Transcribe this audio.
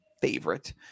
favorite